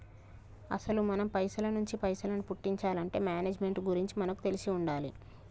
అసలు మనం పైసల నుంచి పైసలను పుట్టించాలంటే మేనేజ్మెంట్ గురించి మనకు తెలిసి ఉండాలి